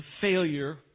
failure